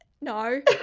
No